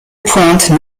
pointe